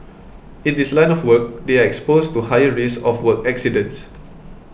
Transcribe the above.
in this line of work they are exposed to higher risk of work accidents